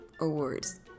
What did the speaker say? Awards